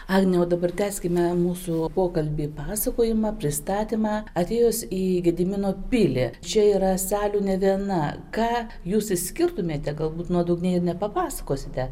agne o dabar tęskime mūsų pokalbį pasakojimą pristatymą atėjus į gedimino pilį čia yra salių ne viena ką jūs išskirtumėte galbūt nuodugniai ir nepapasakosite